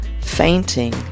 fainting